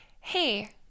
hey